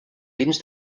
dins